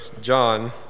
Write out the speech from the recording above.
John